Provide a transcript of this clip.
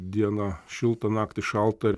dieną šilta naktį šalta